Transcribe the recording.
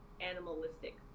animalistic